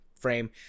Frame